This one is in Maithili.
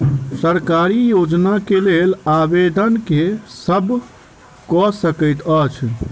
सरकारी योजना केँ लेल आवेदन केँ सब कऽ सकैत अछि?